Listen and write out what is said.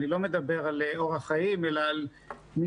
אני לא מדבר על אורח חיים אלא על מי